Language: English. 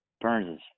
Burns